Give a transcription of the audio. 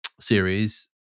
series